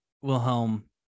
Wilhelm